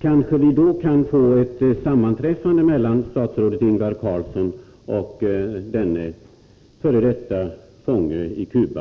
Kanske vi då kan få ett sammanträffande mellan statsrådet Ingvar Carlsson och denne författare och f. d. fånge i Cuba.